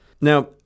Now